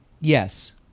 Yes